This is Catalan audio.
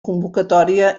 convocatòria